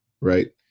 right